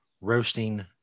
roasting